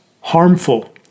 harmful